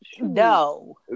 No